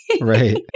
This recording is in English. Right